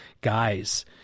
guys